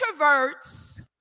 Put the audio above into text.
introverts